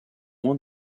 moins